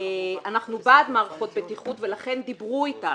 אנחנו בעד מערכות בטיחות ולכן דיברו אתנו.